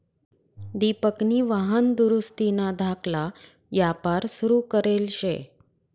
दिपकनी वाहन दुरुस्तीना धाकला यापार सुरू करेल शे